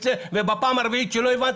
ובפעם הרביעית שלא הבנת,